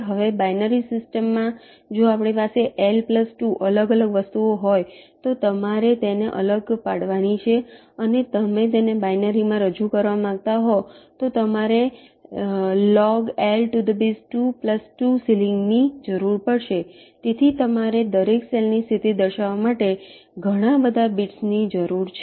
હવે binary system માં જો આપણી પાસે L પ્લસ 2 અલગ અલગ વસ્તુઓ હોય તો તમારે તેને અલગ પાડવાની છે અને તમે તેને બાઈનરીમાં રજૂ કરવા માંગતા હોવ તો તમારે log2 L2 સીલિંગની જરૂર પડશે તેથી તમારે દરેક સેલ ની સ્થિતિ દર્શાવવા માટે ઘણા બધા બિટ્સ ની જરૂર છે